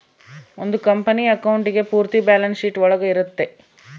ಒಂದ್ company accounting ಪೂರ್ತಿ balance sheet ಒಳಗ ಇರುತ್ತೆ